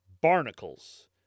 barnacles